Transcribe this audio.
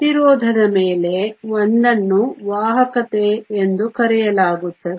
ಪ್ರತಿರೋಧದ ಮೇಲೆ ಒಂದನ್ನು ವಾಹಕತೆ ಎಂದು ಕರೆಯಲಾಗುತ್ತದೆ